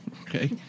Okay